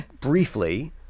Briefly